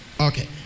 Okay